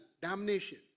damnation